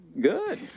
good